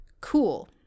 cool